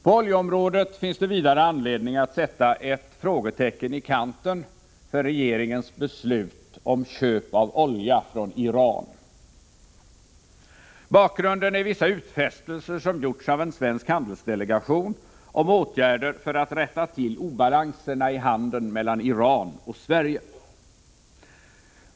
På oljeområdet finns det vidare anledning att sätta ett frågetecken i kanten för regeringens beslut om köp av olja från Iran. Bakgrunden är vissa utfästelser som gjorts av en svensk handelsdelegation om åtgärder för att rätta till obalanserna i handeln mellan Iran och Sverige.